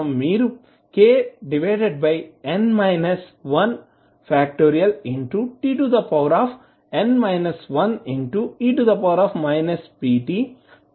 tn 1e pt plus f1t అని వ్రాస్తారు